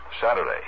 Saturday